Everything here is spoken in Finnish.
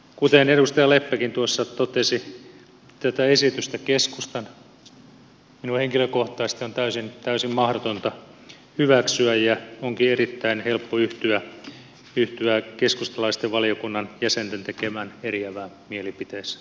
kuten edustaja leppäkin tuossa totesi tätä esitystä keskustan ja minun henkilökohtaisesti on täysin mahdotonta hyväksyä ja onkin erittäin helppo yhtyä keskustalaisten valiokunnan jäsenten tekemään eriävään mielipiteeseen